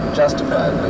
justified